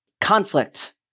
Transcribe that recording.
conflict